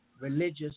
religious